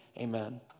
amen